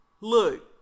look